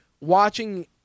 watching